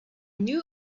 new